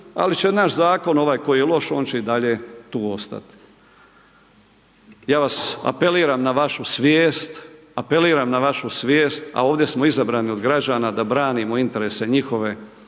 ali će naš zakon ovaj koji je loš, on će i dalje tu ostati. Ja vas apeliram na vašu svijest, apeliram na vašu svijest a ovdje smo izabrani od građana da branimo interese njihove,